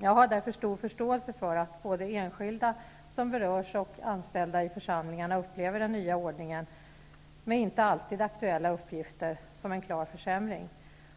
Jag har därför stor förståelse för att både enskilda som berörs och anställda i församlingarna upplever den nya ordningen -- med inte alltid aktuella uppgifter -- som en klar försämring.